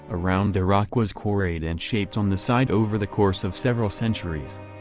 around the rock was quarried and shaped on the site over the course of several centuries.